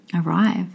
arrive